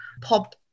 pop